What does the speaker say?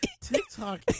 tiktok